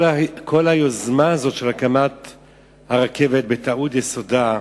כל היוזמה הזאת, של הקמת הרכבת, בטעות יסודה,